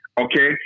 okay